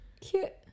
Cute